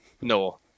no